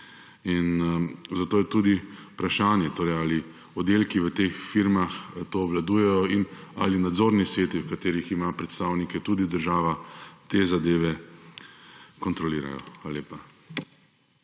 In zato je tudi vprašanje: Ali oddelki v teh firmah to obvladujejo? Ali nadzorni sveti, v katerih ima predstavnike tudi država, te zadeve kontrolirajo? Hvala